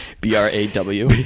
b-r-a-w